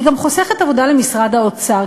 היא גם חוסכת עבודה למשרד האוצר,